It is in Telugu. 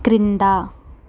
క్రిందా